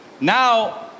Now